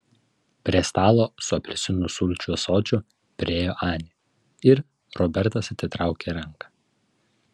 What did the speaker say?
prie stalo su apelsinų sulčių ąsočiu priėjo anė ir robertas atitraukė ranką